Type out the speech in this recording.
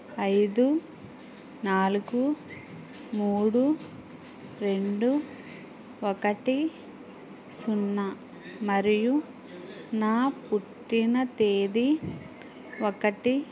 ఐదు నాలుగు మూడు రెండు ఒకటి సున్నా మరియు నా పుట్టిన తేదీ ఒకటి